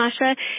Masha